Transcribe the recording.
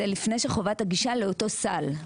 זה לפני שחובת הגישה לאותו סל.